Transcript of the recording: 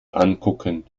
ankucken